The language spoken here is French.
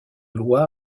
loi